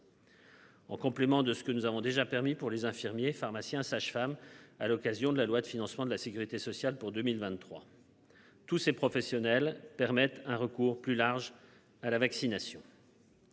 En complément de ce que nous avons déjà permis pour les infirmiers pharmaciens sages-femmes à l'occasion de la loi de financement de la Sécurité sociale pour 2023. Tous ces professionnels permettent un recours plus large à la vaccination.